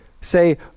say